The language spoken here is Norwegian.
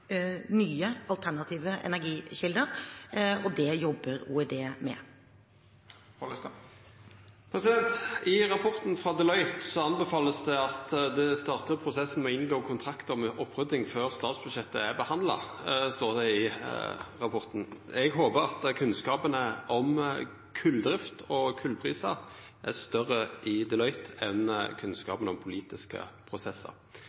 nye, alternative energikilder, og det jobber OED med. I rapporten frå Deloitte vert det anbefalt at ein startar prosessen med å inngå kontrakt om opprydding før statsbudsjettet er behandla. Det står det i rapporten. Eg håpar at kunnskapane om kulldrift og kullprisar i Deloitte er større enn kunnskapen om politiske prosessar.